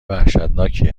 وحشتناکی